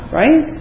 right